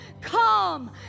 come